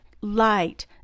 light